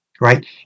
right